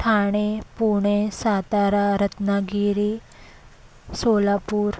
Thane Pune Satara Ratnagiri Solapur